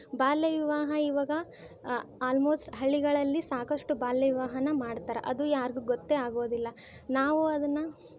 ಬಾಲ್ಯ ವಿವಾಹ ಇವಾಗ ಆಲ್ಮೋಸ್ಟ್ ಹಳ್ಳಿಗಳಲ್ಲಿ ಸಾಕಷ್ಟು ಬಾಲ್ಯ ವಿವಾಹನ ಮಾಡ್ತರೆ ಅದು ಯಾರಿಗೂ ಗೊತ್ತೇ ಆಗೋದಿಲ್ಲ ನಾವು ಅದನ್ನು